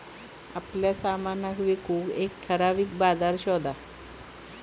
आपल्या सामनाक विकूक एक ठराविक बाजार शोध